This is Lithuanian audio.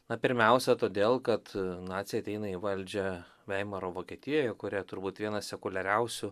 na pirmiausia todėl kad naciai ateina į valdžią veimaro vokietijoj kuri turbūt vienas sekuliariausių